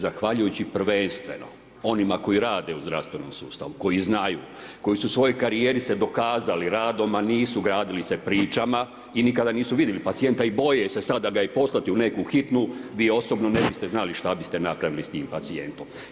Zahvaljujući prvenstveno onima koji rade u zdravstvenom sustavu, koji znaju, koji su u svojoj karijeri se dokazali radom, a nisu gradili se pričama i nikada nisu vidjeli pacijenta i boje se sada i poslati ga u neku hitnu di osobno ne biste znali što biste napravili s tim pacijentom.